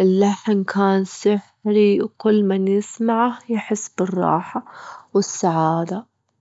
اللحن كان سحري كل من يسمعه يحس بالراحة والسعادة.